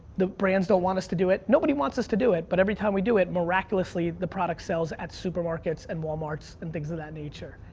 the brands don't us to do it. nobody want's us to do it, but every time we do it, miraculously, the product sells at supermarkets and walmarts and things of that nature.